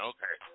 Okay